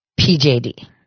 PJD